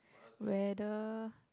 weather